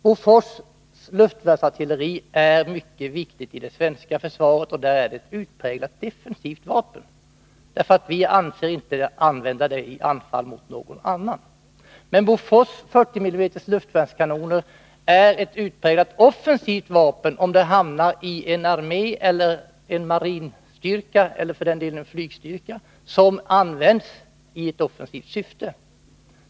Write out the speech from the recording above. Bofors luftvärnsartilleri är mycket viktigt i det svenska försvaret, och där är det ett utpräglat defensivt vapen. Vi avser inte att använda det i anfall mot någon annan. Men Bofors 40 mm luftvärnskanoner är ett utpräglat offensivt vapen, om det hamnar i en armé, en marinstyrka eller en flygstyrka som används i ett offensivt syfte.